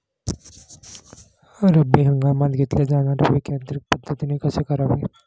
रब्बी हंगामात घेतले जाणारे पीक यांत्रिक पद्धतीने कसे करावे?